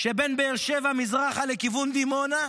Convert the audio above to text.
מבאר שבע מזרחה לכיוון דימונה,